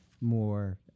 more